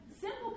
Simple